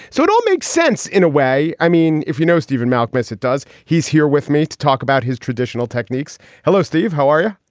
so it all makes sense in a way. i mean, if you know stephen malkmus, it does. he's here with me to talk about his traditional techniques. hello, steve. how are you?